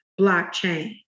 blockchain